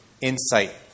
insight